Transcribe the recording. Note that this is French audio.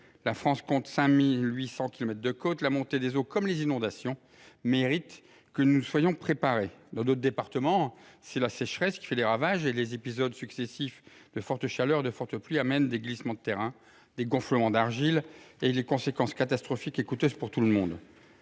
La France compte 5 800 kilomètres de côtes ; la montée des eaux ainsi que les inondations impliquent que nous soyons préparés. Dans d’autres départements, c’est la sécheresse qui fait des ravages, et les épisodes successifs de fortes chaleurs et de fortes pluies entraînent des glissements de terrain, des gonflements d’argile, qui ont des conséquences catastrophiques et coûteuses pour tout le monde.